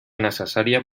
necessària